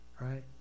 Right